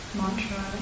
mantra